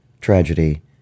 tragedy